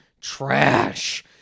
trash